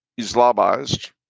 Islamized